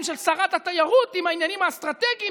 של שרת התיירות עם העניינים האסטרטגיים,